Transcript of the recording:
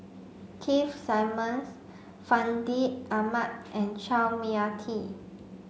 Keith Simmons Fandi Ahmad and Chua Mia Tee